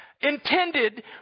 intended